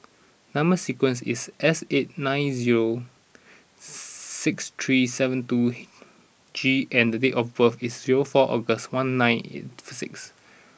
number sequence is S eight nine zero six three seven two G and date of birth is zero four August one nine eight four six